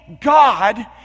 God